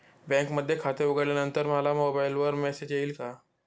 बँकेमध्ये खाते उघडल्यानंतर मला मोबाईलवर मेसेज येईल का?